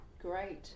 Great